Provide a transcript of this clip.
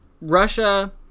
Russia